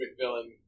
villain